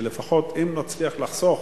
כדי שנצליח לחסוך